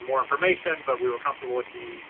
more information, but we were comfortable with the